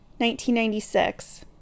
1996